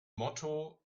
motto